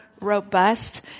robust